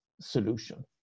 solution